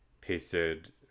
pasted